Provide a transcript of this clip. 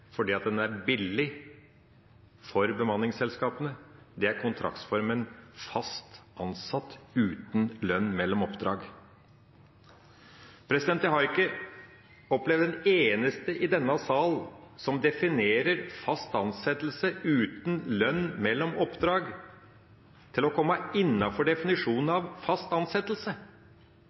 fordi den er billig for bemanningsselskapene, og det er kontraktsformen «fast ansettelse uten lønn mellom oppdrag». Jeg har ikke opplevd en eneste i denne salen som definerer fast ansettelse uten lønn mellom oppdrag som å komme innenfor definisjonen